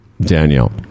Danielle